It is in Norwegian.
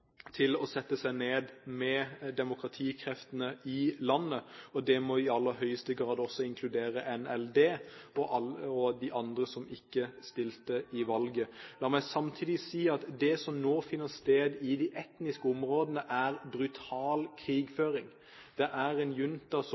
til å sette seg ned med demokratikreftene i landet, og det må i aller høyeste grad også inkludere NLD og de andre som ikke stilte i valget. La meg samtidig si at det som nå finner sted i de etniske områdene, er brutal krigføring. Det er en junta som